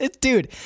Dude